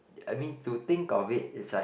I mean to think of it it's like